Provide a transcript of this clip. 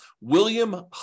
William